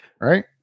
Right